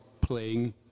playing